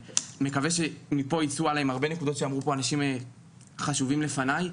ומקווה שמפה ייצאו הלאה עם הרבה נקודות שאמרו פה אנשים חשובים לפניי,